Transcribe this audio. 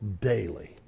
daily